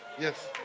Yes